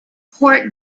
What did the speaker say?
port